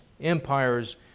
empires